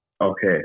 Okay